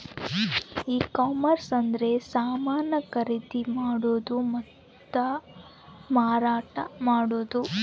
ಈ ಕಾಮರ್ಸ ಅಂದ್ರೆ ಸಮಾನ ಖರೀದಿ ಮಾಡೋದು ಮತ್ತ ಮಾರಾಟ ಮಾಡೋದು